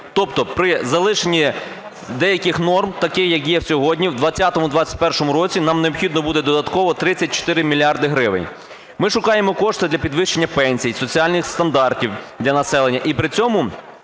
Тобто при залишенні деяких норм, таких, як є сьогодні, у 2020-2021роках нам необхідно буде додатково 34 мільярди гривень. Ми шукаємо кошти для підвищення пенсій, соціальних стандартів для населення